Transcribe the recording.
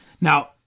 Now